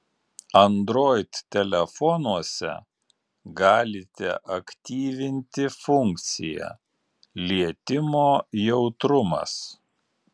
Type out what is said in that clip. android telefonuose galite aktyvinti funkciją lietimo jautrumas